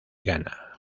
ghana